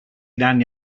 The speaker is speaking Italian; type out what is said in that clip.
danni